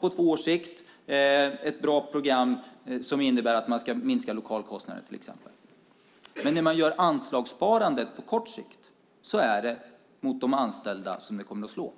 på två års sikt ett bra program som innebär att man ska minska lokalkostnaderna, till exempel. Men när man på kort sikt gör anslagssparandet är det mot de anställda det kommer att slå.